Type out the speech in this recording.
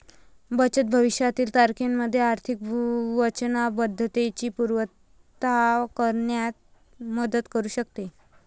बचत भविष्यातील तारखेमध्ये आर्थिक वचनबद्धतेची पूर्तता करण्यात मदत करू शकते